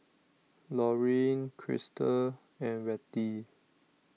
Lorin Christop and Rettie